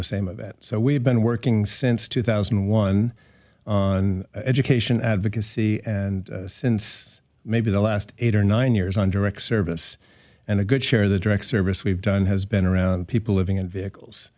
the same of it so we have been working since two thousand and one on education advocacy and since maybe the last eight or nine years on direct service and a good share of the direct service we've done has been around people living in vehicles